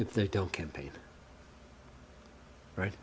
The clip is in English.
if they don't campaign right